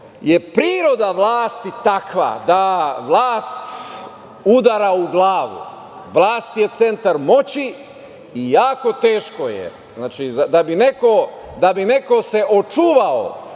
je priroda vlasti takva da vlast udara u glavu, vlast je centar moći i jako je teško… Da bi se neko očuvao